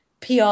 PR